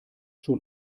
schon